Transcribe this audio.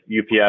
UPS